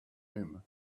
him